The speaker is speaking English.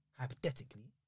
hypothetically